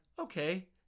okay